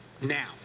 Now